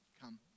come